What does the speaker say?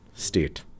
state